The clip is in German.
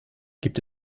gibt